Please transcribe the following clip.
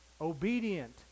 obedient